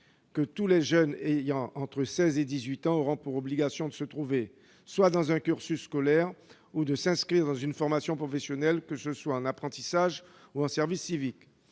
que tous les jeunes entre 16 ans et 18 ans auront l'obligation de se trouver dans un cursus scolaire ou de s'inscrire dans une formation professionnelle, que ce soit en apprentissage ou en service civique.